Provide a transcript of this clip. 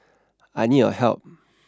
I need your help